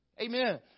Amen